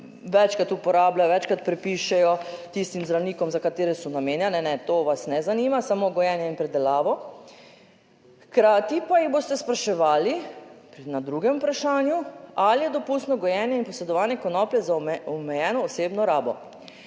večkrat uporabljajo, večkrat pripišejo tistim zdravnikom, za katere so namenjene. To vas ne zanima? Samo gojenje in predelavo. Hkrati pa jih boste spraševali, na drugem vprašanju: ali je dopustno gojenje in posedovanje konoplje za omejeno osebno rabo.